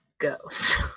goes